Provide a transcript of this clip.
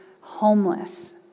homeless